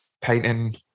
painting